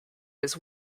his